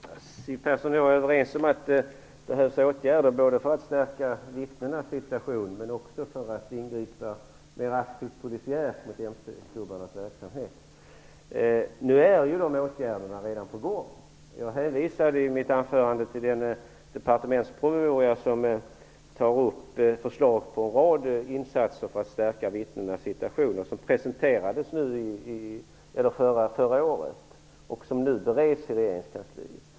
Fru talman! Siw Persson och jag är överens om att det behövs åtgärder både för att stärka vittnenas situation och för att ingripa mer aktivt polisiärt mot MC-klubbarnas verksamhet. Nu är dessa åtgärder redan på gång. I mitt anförande hänvisade jag till den departementspromemoria som tar upp förslag på en rad insatser för att stärka vittnenas situation. Den presenterades förra året och bereds nu i regeringskansliet.